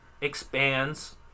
expands